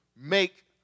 make